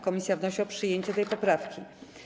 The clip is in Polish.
Komisja wnosi o przyjęcie tej poprawki.